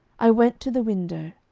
i went to the window.